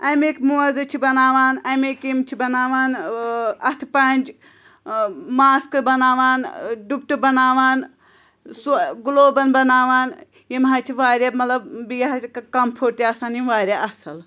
اَمِکۍ موزٕ چھِ بَناوان اَمِکۍ یِم چھِ بَناوان اَتھٕ پَنٛج ماسکہٕ بَناوان ڈُپٹہٕ بَناوان سُہ گُلوبَن بَناوان یِم حظ چھِ واریاہ مطلب بیٚیہِ حظ چھِ کَمفٲٹ تہِ آسان یِم واریاہ اَصٕل